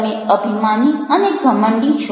તમે અભિમાની અને ઘમંડી છો